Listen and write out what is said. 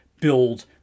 build